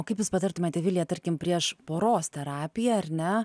o kaip jūs patartumėte vilija tarkim prieš poros terapiją ar ne